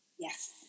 Yes